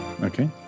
okay